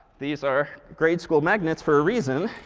these are grade school magnets for a reason.